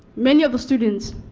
many of the students